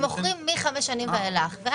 הם מוכרים מחמש שנים ואילך.